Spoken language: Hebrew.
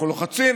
אנחנו לוחצים,